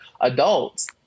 adults